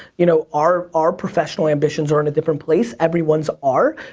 you know our our professional ambitions are in a different place. everyone's are.